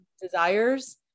desires